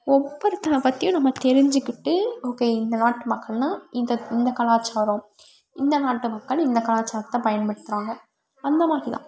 ஒவ்வொருத்தனை பற்றியும் நம்ம தெரிஞ்சுக்கிட்டு ஓகே இந்த நாட்டு மக்கள்னா இதை இந்த கலாச்சாரம் இந்த நாட்டு மக்கள் இந்த கலாச்சாரத்தை பயன்படுத்தகிறாங்க அந்த மாதிரி தான்